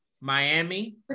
Miami